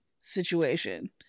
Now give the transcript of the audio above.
situation